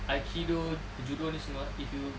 aikido judo ni semua if you